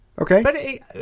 Okay